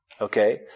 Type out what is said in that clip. okay